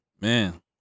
Man